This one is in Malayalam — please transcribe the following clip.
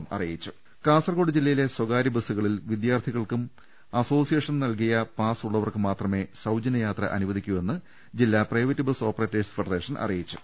അറ്റ്ട്ട്ട്ട്ട്ട്ട്ട്ട്ട കാസർകോട് ജില്ലയിലെ സ്വകാര്യ ബസ്സുകളിൽ വിദ്യാർത്ഥികൾക്കും അസോസിയേഷൻ നൽകിയ പാസ് ഉള്ളവർക്കും മാത്രമേ സൌജന്യയാത്ര അനുവദിക്കൂ എന്ന് ജില്ലാ പ്രൈവറ്റ് ബസ് ഓപ്പറേറ്റേഴ്സ് ഫെഡറേഷൻ അറി യിച്ചു